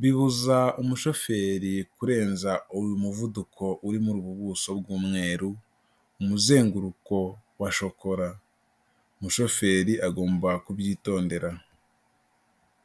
bibuza umushoferi kurenza uyu muvuduko uri muri ubu buso bw'umweru umuzenguruko wa shokora umushoferi agomba kubyitondera.